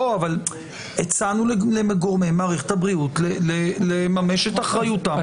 הצענו לגורמי מערכת הבריאות לממש את אחריותם בנושא.